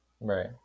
Right